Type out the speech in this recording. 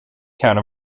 count